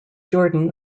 jordan